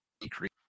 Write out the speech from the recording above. decrease